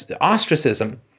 ostracism